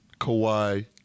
Kawhi